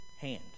hand